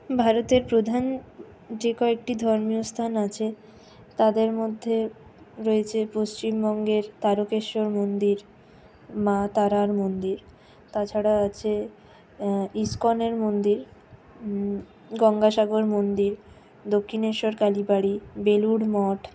ভারতের প্রধান যে কয়েকটি ধর্মীয় স্থান আছে তাদের মধ্যে রয়েছে পশ্চিমবঙ্গের তারকেশ্বর মন্দির মা তারার মন্দির তাছাড়াও আছে ইস্কনের মন্দির গঙ্গাসাগর মন্দির দক্ষিণেশ্বর কালীবাড়ি বেলুড় মঠ